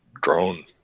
drone